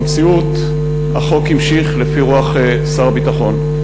במציאות החוק המשיך לפי רוח שר הביטחון.